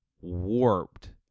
warped